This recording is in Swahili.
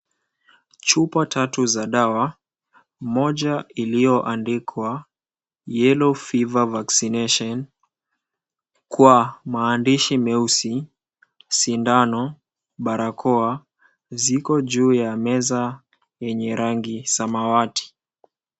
Chupa tatu za dawa moja iliyoandikwa Yellow Fever Vaccination kwa maandishi meusi, sindano, barakoa ziko juu ya meza yenye rangi samawati.